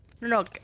no